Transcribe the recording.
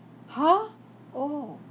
!huh! oh